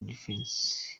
defense